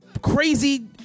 crazy